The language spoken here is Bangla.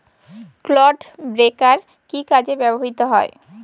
ক্লড ব্রেকার কি কাজে ব্যবহৃত হয়?